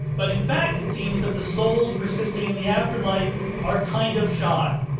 but in fact, it seems that the souls persisting in the afterlife are kind of shy.